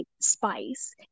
spice